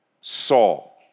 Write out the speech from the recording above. Saul